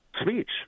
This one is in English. speech